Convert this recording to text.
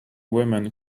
women